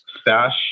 Stash